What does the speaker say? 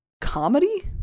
comedy